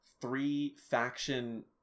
three-faction